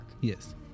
yes